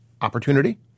opportunity